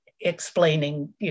explaining